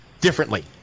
differently